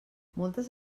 moltes